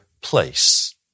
place